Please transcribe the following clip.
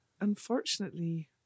unfortunately